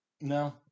No